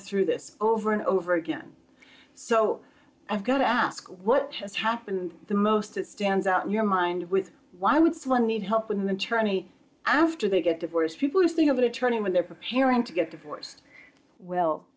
through this over and over again so i've got to ask what has happened the most it stands out in your mind with why would someone need help with an attorney after they get divorced people who think of an attorney when they're preparing to get divorced well